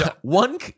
One